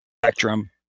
Spectrum